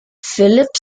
phillips